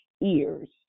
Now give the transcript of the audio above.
ears